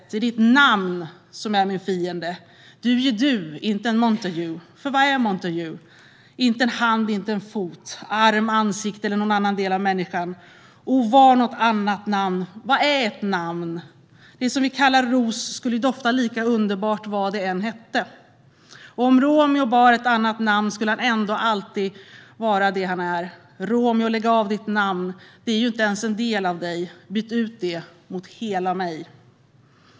Det är ditt namn som är min fiende. Du är ju du, inte en Montague. För vad är Montague? Inte hand, inte fot, Arm, ansikte eller nån annan delAv människan. O var nåt annat namn! Vad är ett namn? Det som vi kallar rosSkulle ju dofta lika underbartVad det än hette. Och om Romeo barEtt annat namn skulle han ändå varaAllt det han är. Romeo, lägg av ditt namn, Det är ju inte ens en del av dig. Byt ut detMot hela mig!